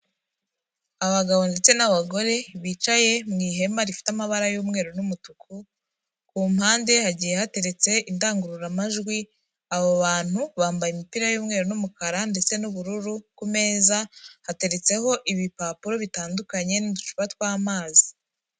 Abagabo ndetse n'abagore bicaye mu ihema rifite amabara y'umweru n'umutuku, ku mpande hagiye hateretse indangururamajwi. abo bantu bambaye imipira y'umweru n'umukara ndetse n'ubururu, ku meza hateretseho ibipapuro bitandukanye n'uducupa tw'amazi.